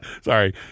Sorry